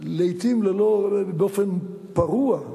לעתים באופן פרוע,